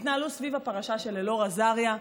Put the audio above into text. התנהלו סביב הפרשה של אלאור אזריה.